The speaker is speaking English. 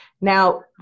Now